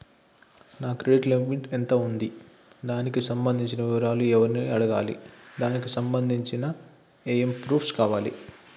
నా credit limit ఎంత ఉంది? దానికి సంబంధించిన వివరాలు ఎవరిని అడగాలి? దానికి సంబంధించిన ఏమేం ప్రూఫ్స్ కావాలి?